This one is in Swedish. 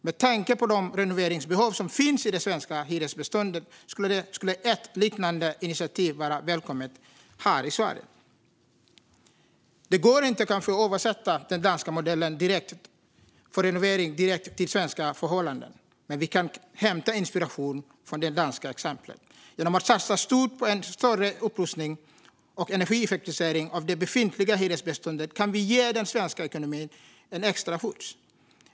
Med tanke på de renoveringsbehov som finns i det svenska hyresbeståndet skulle ett liknande initiativ vara välkommet här i Sverige. Det kanske inte går att översätta den danska modellen för renovering direkt till svenska förhållanden, men vi kan hämta inspiration från det danska exemplet. Genom att satsa stort på en större upprustning och energieffektivisering av det befintliga hyresbeståndet kan vi ge den svenska ekonomin en extra skjuts.